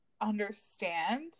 understand